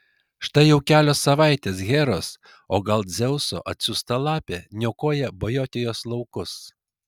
štai jau kelios savaitės heros o gal dzeuso atsiųsta lapė niokoja bojotijos laukus